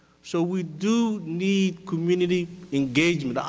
so we do need community engagement, um